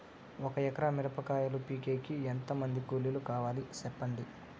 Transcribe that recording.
ఒక ఎకరా మిరప కాయలు పీకేకి ఎంత మంది కూలీలు కావాలి? సెప్పండి?